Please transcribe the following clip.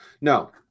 no